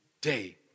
day